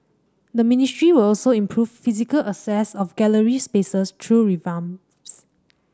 the ministry will also improve physical access of gallery spaces through revamps